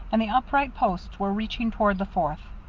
and the upright posts were reaching toward the fourth.